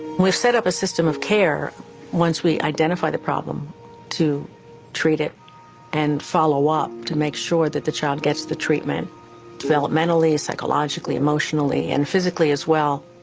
set up a system of care once we identify the problem to treat it and follow-up to make sure that the child gets the treatment developmentally, psychologically, emotionally and physically as well.